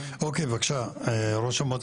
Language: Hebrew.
שלום לכולם,